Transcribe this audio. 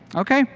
okay